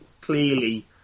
clearly